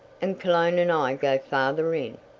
and cologne and i go farther in.